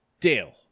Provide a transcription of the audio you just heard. Dale